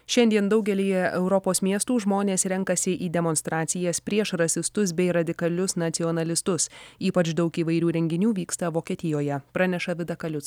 šiandien daugelyje europos miestų žmonės renkasi į demonstracijas prieš rasistus bei radikalius nacionalistus ypač daug įvairių renginių vyksta vokietijoje praneša vida kaliuc